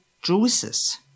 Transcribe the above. juices